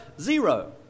Zero